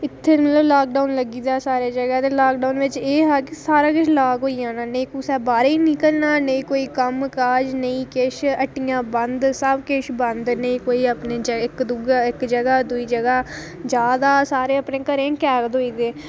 ते इत्थै मतलब लाकडाऊन लग्गी गेदा हा सारे इत्थै मतलब ते लाकडाऊन च एह् हा की सारें जनें लॉक होई जाना ना कुसै कोई बाहरै गी निकलना नेईं कोई कम्म काज नेईं किश हट्टियां बंद सबकिश बंद नेईं कोई अपने जगह इक्क जगह दूई जगह ते सारे अपने घरें च कैद होई गेदे हे